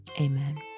Amen